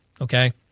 okay